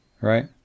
Right